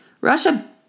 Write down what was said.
Russia